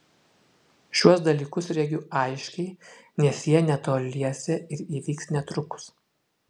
šiuos dalykus regiu aiškiai nes jie netoliese ir įvyks netrukus